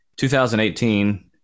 2018